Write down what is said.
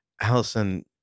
Allison